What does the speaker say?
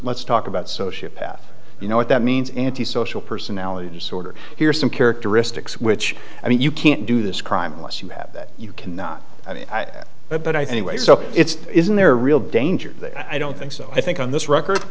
let's talk about so ship path you know what that means antisocial personality disorder here's some characteristics which i mean you can't do this crime unless you have that you cannot i mean but i think wait so it's isn't there real danger i don't think so i think on this r